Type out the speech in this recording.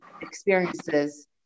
experiences